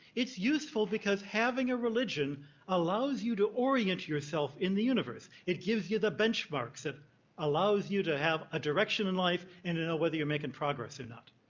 it's useful because having a religion allows you to orient yourself in the universe. it gives you the benchmarks. it allows you to have a direction in life and to know whether you're making progress or not.